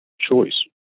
choice